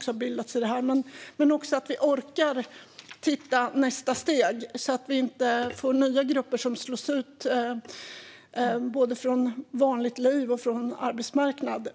som bildats. Men vi måste orka se nästa steg så att vi inte får nya grupper som slås ut från både vanligt liv och arbetsmarknad.